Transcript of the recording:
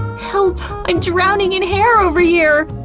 help! i'm drowning in hair over here!